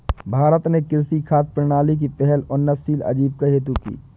भारत ने कृषि खाद्य प्रणाली की पहल उन्नतशील आजीविका हेतु की